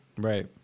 right